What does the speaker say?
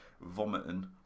vomiting